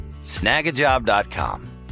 Snagajob.com